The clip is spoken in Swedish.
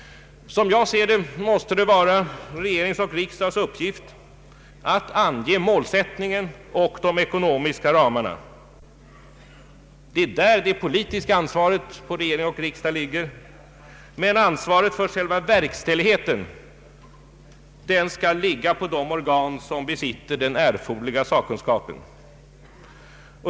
Som jag ser det, måste det vara regeringens och riksdagens uppgift att ange målsättningen och de ekonomiska ramarna. Det är där det politiska ansvaret för både regering och riksdag ligger, men ansvaret för själva verkställigheten skall ligga på de organ som besitter den erforderliga sakkunskapen.